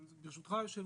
אז ברשותך היו"ר,